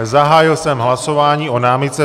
Zahájil jsem hlasování o námitce.